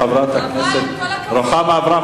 חברת הכנסת רוחמה אברהם,